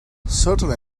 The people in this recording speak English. certainly